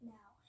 Now